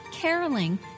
caroling